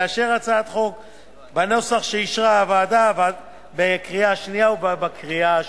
לאשר את הצעת החוק בנוסח שאישרה הוועדה בקריאה השנייה ובקריאה השלישית.